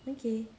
okay